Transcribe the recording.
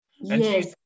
Yes